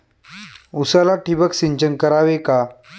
उसाला ठिबक सिंचन करावे का?